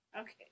Okay